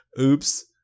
oops